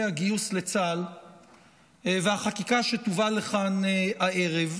הגיוס לצה"ל והחקיקה שתובא לכאן הערב,